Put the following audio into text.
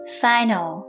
final